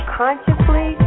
consciously